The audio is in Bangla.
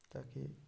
তাকে